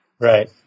Right